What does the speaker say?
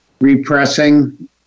repressing